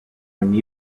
another